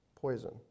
poison